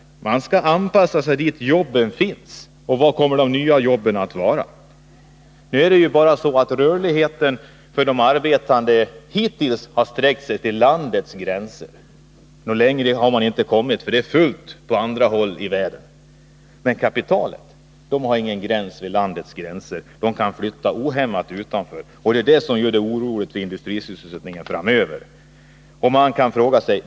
Man skall alltså anpassa sig och flytta dit där arbetena finns. Var kommer då de nya arbetena att finnas? Hittills har rörligheten för de arbetande bara gällt flyttning inom landets gränser. Längre har man inte kommit, eftersom det är fullt på andra håll i världen. Men kapitalet har inte samma gränser. Det kan utan vidare flyttas utanför landets gränser, och det är detta som gör att det framdeles är oroande med avseende på industrisysselsättningen.